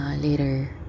Later